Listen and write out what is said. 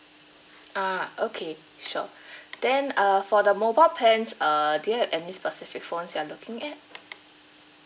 ah okay sure then uh for the mobile plans uh do you have any specific phones you are looking at